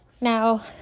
Now